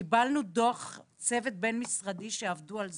קיבלנו דוח צוות בין-משרדי שעבד על זה.